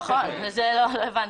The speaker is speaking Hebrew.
נכון, וזה לא רלוונטי.